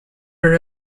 her